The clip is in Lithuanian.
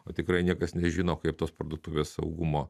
o tikrai niekas nežino kaip tos parduotuvės saugumo